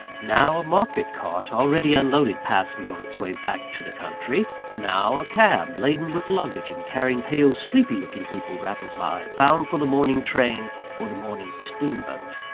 now a market-cart, already unloaded, passed me on its way back to the country now, a cab, laden with luggage and carrying pale, sleepy-looking people, rattled by, bound for the morning train or the morning steamboat.